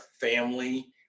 family